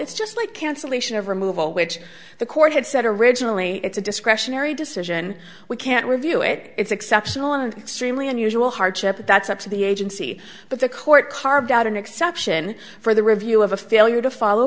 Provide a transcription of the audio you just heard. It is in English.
it's just like cancellation of removal which the court had said originally it's a discretionary decision we can't review it it's exceptional and extremely unusual hardship that's up to the agency but the court carved out an exception for the review of a failure to follow